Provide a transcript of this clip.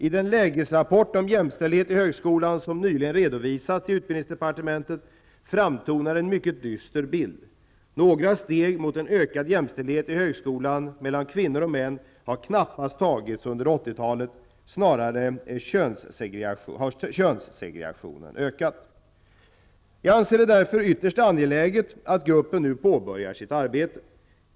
I den lägesrapport om jämställdhet i högskolan som nyligen redovisats till utbildningsdepartementet framtonar en mycket dyster bild. Några steg mot en ökad jämställdhet i högskolan mellan kvinnor och män har knappast tagits under 80-talet -- snarare har könssegregationen ökat. Jag anser det därför ytterst angeläget att gruppen nu påbörjar sitt arbete.